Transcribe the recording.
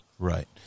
Right